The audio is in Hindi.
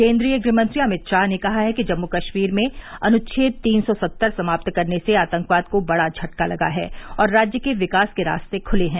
केन्द्रीय गृहमंत्री अमित शाह ने कहा है कि जम्मू कश्मीर में अनुच्छेद तीन सौ सत्तर समाप्त करने से आतंकवाद को बड़ा झटका लगा है और राज्य के विकास के रास्ते खुले हैं